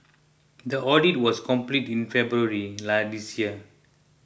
the audit was completed in February lie this year